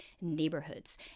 neighborhoods